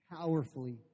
powerfully